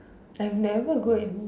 I have never go and eat